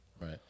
Right